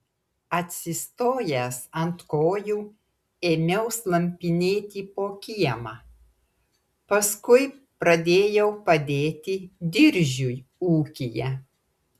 atsistojęs ant kojų ėmiau slampinėti po kiemą paskui pradėjau padėti diržiui ūkyje